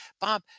Bob